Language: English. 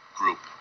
group